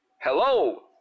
Hello